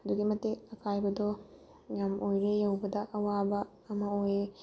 ꯑꯗꯨꯛꯀꯤ ꯃꯇꯤꯛ ꯑꯀꯥꯏꯕꯗꯣ ꯌꯥꯝ ꯑꯣꯏꯔꯦ ꯌꯧꯕꯗ ꯑꯋꯥꯕ ꯑꯃ ꯑꯣꯏꯌꯦ